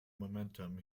momentum